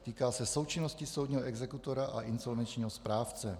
Týká se součinnosti soudního exekutora a insolvenčního správce.